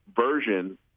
version